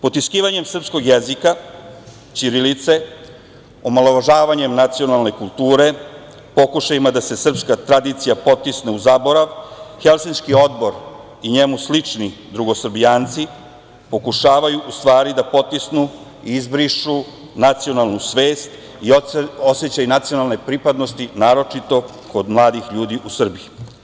Potiskivanjem srpskog jezika, ćirilice, omalovažavanjem nacionalne kulture, pokušajima da se srpska tradicija potisne u zaborav, Helsinški odbor i njemu slični drugosrbijanci pokušavaju u stvari da potisnu i izbrišu nacionalnu svest i osećaj nacionalne pripadnosti, naročito kod mladih ljudi u Srbiji.